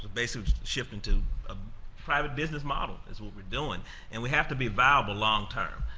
basically, shifting to a private business model is what we're doing and we have to be viable long term,